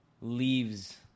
leaves